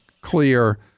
clear